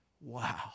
Wow